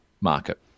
market